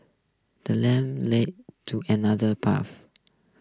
the ladder leads to another path